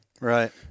right